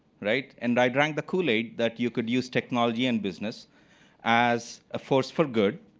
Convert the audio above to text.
right? and i drank the kool-aid that you can use technology in business as a force for good,